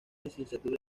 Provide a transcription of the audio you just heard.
licenciatura